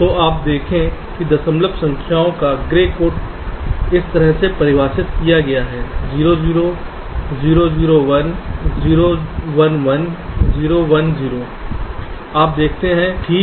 तो आप देखें कि दशमलव संख्याओं का ग्रे कोड इस तरह से परिभाषित किया गया है 0 0 0 0 1 0 1 1 0 1 0